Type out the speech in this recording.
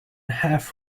half